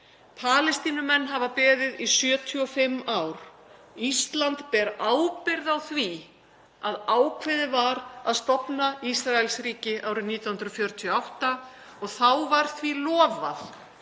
Palestínumenn hafa beðið í 75 ár. Ísland ber ábyrgð á því að ákveðið var að stofna Ísraelsríki árið 1948 og þá var því lofað